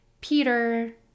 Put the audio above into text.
Peter